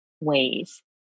ways